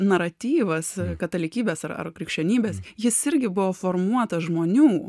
naratyvas katalikybės ar krikščionybės jis irgi buvo formuotas žmonių